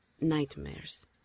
nightmares